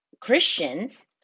Christians